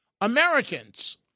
Americans